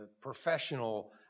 professional